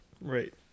Right